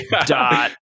dot